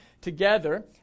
together